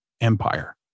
empire